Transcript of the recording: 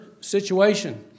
situation